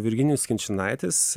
virginijus kinčinaitis